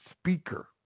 Speaker